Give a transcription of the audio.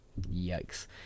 Yikes